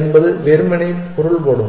என்பது வெறுமனே பொருள்படும்